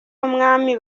w’umwami